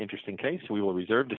interesting case we will reserve